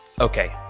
okay